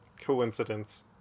coincidence